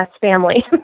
family